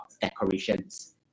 decorations